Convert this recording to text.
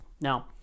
Now